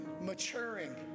maturing